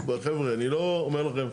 חבר'ה, אני לא אומר לכם,